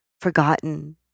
forgotten